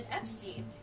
Epstein